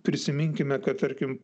prisiminkime kad tarkim